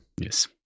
Yes